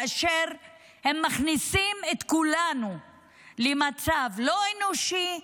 והם מכניסים את כולנו למצב לא אנושי,